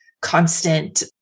constant